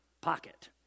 pocket